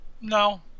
no